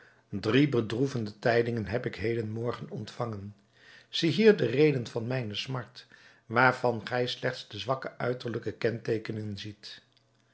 drie bedroevende tijdingen heb ik heden morgen ontvangen ziehier de reden van mijne smart waarvan gij slechts de zwakke uiterlijke kenteekenen ziet